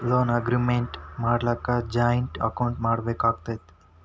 Loan agreement ಮಾಡ್ಲಿಕ್ಕೆ joint account ಮಾಡ್ಬೆಕಾಕ್ಕತೇ?